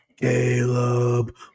caleb